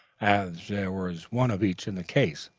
as there was one of each in the case.